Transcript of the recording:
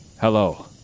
Hello